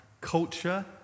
culture